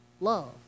love